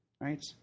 Right